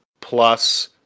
plus